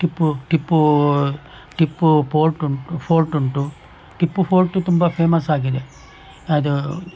Tipu Tipu Tipu fort ಉಂಟು fort ಉಂಟು Tipu fort ತುಂಬ ಫೇಮಸ್ ಆಗಿದೆ ಅದು